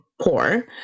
poor